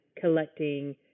collecting